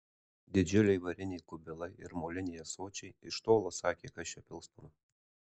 didžiuliai variniai kubilai ir moliniai ąsočiai iš tolo sakė kas čia pilstoma